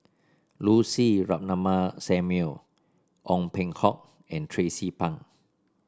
Lucy Ratnammah Samuel Ong Peng Hock and Tracie Pang